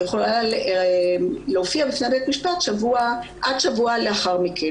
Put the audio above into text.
היא תופיע בפני בית משפט עד שבוע לאחר מכן.